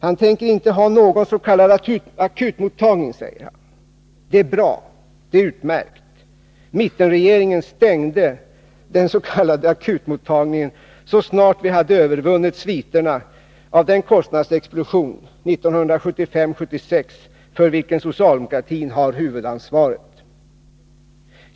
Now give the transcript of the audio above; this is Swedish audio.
Han tänker inte ha någon s.k. akutmottagning. Det är bra. Mittenregeringen stängde den så snart vi hade övervunnit sviterna av den kostnadsexplosion 1975-1976 för vilken socialdemokratin bar huvudansvaret.